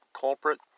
culprit